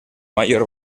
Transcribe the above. mayor